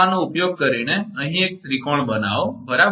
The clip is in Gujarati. તો આનો ઉપયોગ કરીને અહીં એક ત્રિકોણ બનાવો બરાબર